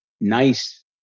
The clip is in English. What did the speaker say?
nice